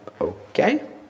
okay